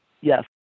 Yes